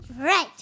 Right